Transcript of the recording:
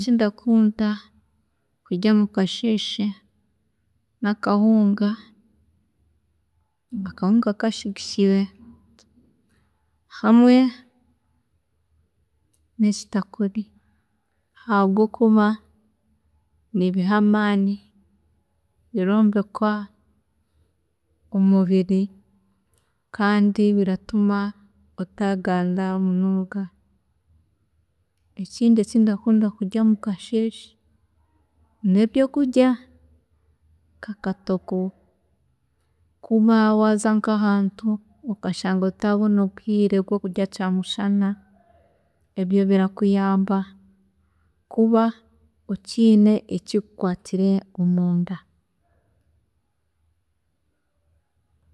Ekindakunda kurya mukasheeshe nakahunga, akahunga kashigishire hamwe nekitakuri habwokuba nibiha amaani, birombeka omubiri kandi biratuma otaaganda munonga. Ekindi ekindakunda kurya mukasheeshe nebyokurya nka katogo kuba waaza nkahantu okashanga otatabona obwiire bwokurya kyamushana ebyo birakuyamba kuba okiine ekikukwaasire omunda.